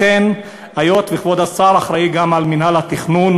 לכן, היות שכבוד השר אחראי גם למינהל התכנון,